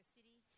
City